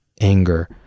anger